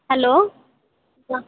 hello